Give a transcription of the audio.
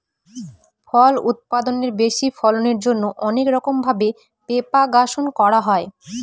ফল উৎপাদনের বেশি ফলনের জন্যে অনেক রকম ভাবে প্রপাগাশন করা হয়